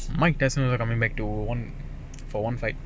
mike tester he coming back to one for one fight